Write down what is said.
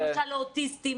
למשל לאוטיסטים,